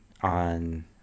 on